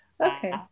Okay